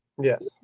Yes